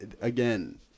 again